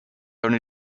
only